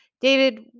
David